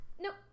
Nope